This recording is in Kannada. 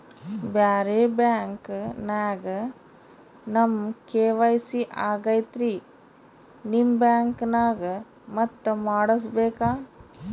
ಬ್ಯಾರೆ ಬ್ಯಾಂಕ ನ್ಯಾಗ ನಮ್ ಕೆ.ವೈ.ಸಿ ಆಗೈತ್ರಿ ನಿಮ್ ಬ್ಯಾಂಕನಾಗ ಮತ್ತ ಮಾಡಸ್ ಬೇಕ?